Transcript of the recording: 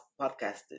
podcast